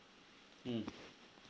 mm